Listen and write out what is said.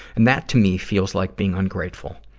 and that, to me, feels like being ungrateful.